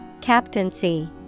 Captaincy